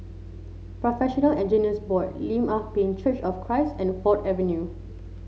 Professional Engineers Board Lim Ah Pin Church of Christ and Ford Avenue